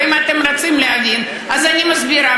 ואם אתם רוצים להגיב, אז אני מסבירה.